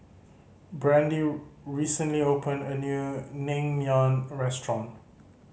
Brande recently opened a new Naengmyeon Restaurant